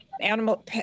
Animal